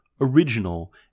original